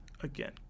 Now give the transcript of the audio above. again